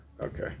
okay